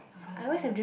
I'm gonna die